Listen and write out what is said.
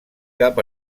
cap